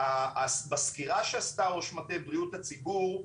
בסקירה שעשתה ראש מטה בריאות הציבור,